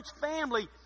family